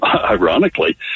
ironically